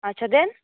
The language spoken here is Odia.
ଆଚ୍ଛା ଦେନ